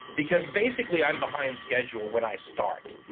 because basically, i'm behind schedule when i start.